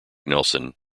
nelson